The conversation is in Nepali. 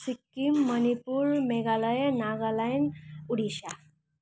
सिक्किम मणिपुर मेघालया नागाल्यान्ड ओडिसा